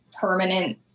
permanent